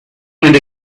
and